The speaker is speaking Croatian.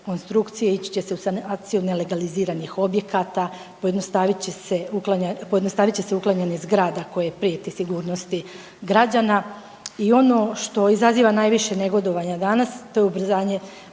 ići će se u akciju nelegaliziranih objekata, pojednostavit će se uklanjanje zgrada koje prijete sigurnosti građana. I ono što izaziva najviše negodovanja danas to je ubrzanje